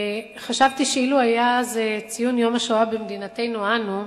וחשבתי שאילו היה זה ציון יום השואה במדינתנו אנו,